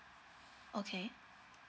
okay